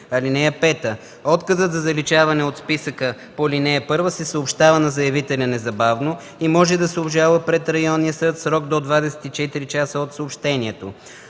(5) Отказът за заличаване от списъка по ал. 1 се съобщава на заявителя незабавно и може да се обжалва пред районния съд в срок до 24 часа от съобщението.